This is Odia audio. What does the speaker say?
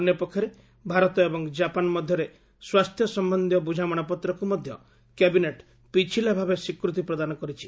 ଅନ୍ୟ ପକ୍ଷରେ ଭାରତ ଏବଂ ଜାପାନ ମଧ୍ୟରେ ସ୍ୱାସ୍ଥ୍ୟ ସମ୍ୟନ୍ଧୀୟ ବୁଝାମଣାପତ୍ରକୁ ମଧ୍ୟ କ୍ୟାବିନେଟ୍ ପିଛିଲା ଭାବେ ସ୍ୱୀକୂତି ପ୍ରଦାନ କରିଛି